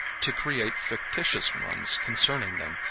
to create fictitious ones concerning them,